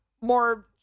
more